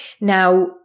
Now